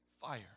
fire